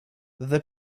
the